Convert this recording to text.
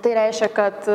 tai reiškia kad